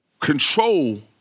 control